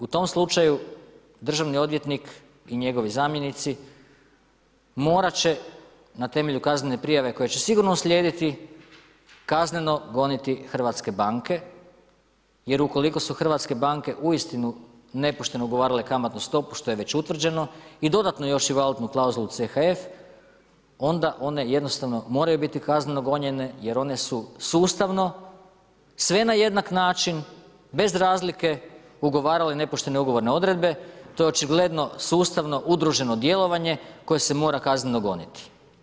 U tom slučaju, državni odvjetnik i njegovi zamjenici, morati će na temelju kazane prijave koja će sigurno uslijediti kazneno goniti hrvatske banke, jer ukoliko su hrvatske banke uistinu, nepošteno ugovarale kamatnu stopu, što je već utvrđeno i dodatno još i valutnu klauzulu CHF, onda one jednostavno moraju biti kazneno gonjene, jer one su sustavno sve na jednak način, bez razlike ugovarale nepoštene ugovore odredbe, to je očigledno sustavno udruženo djelovanje, koje se mora kazneno goniti.